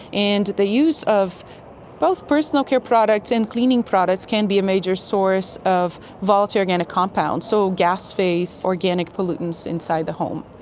and the use of both personal care products and cleaning products can be a major source of volatile organic compounds, so gas-phase organic pollutants inside the home.